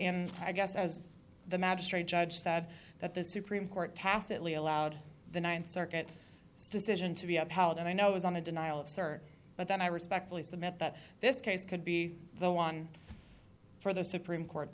in i guess as the magistrate judge said that the supreme court tacitly allowed the ninth circuit decision to be upheld and i know it was on a denial of cert but then i respectfully submit that this case could be the one for the supreme court